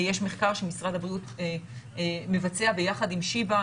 יש מחקר שמשרד הבריאות מבצע ביחד עם שיבא,